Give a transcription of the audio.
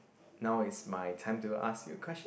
now is my time to ask you question